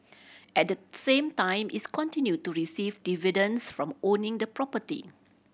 at the same time its continue to receive dividends from owning the property